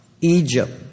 Egypt